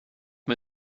mir